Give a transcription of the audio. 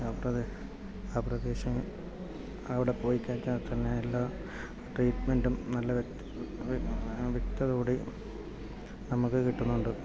doctor അവരുടെ ഫീസും അവിടെ പോയികഴിഞ്ഞാൽ തന്നെ എല്ലാ ട്രീറ്റ്മെൻറ്റും നല്ല വ്യക്തതയോട് കൂടി നമുക്ക് കിട്ടുന്നുണ്ട്